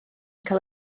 cael